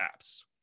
apps